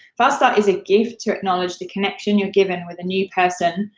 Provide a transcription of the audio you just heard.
fast start is a gift to acknowledge the connection you're given with a new person,